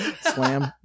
Slam